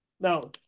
Now